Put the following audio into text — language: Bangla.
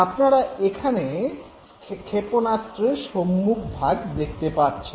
আপনারা এখানে ক্ষেপণাস্ত্রের সম্মুখভাগ দেখতে পাচ্ছেন